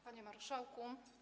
Panie Marszałku!